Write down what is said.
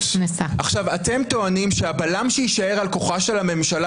אתם טוענים שהבלם שיישאר על כוחה של הממשלה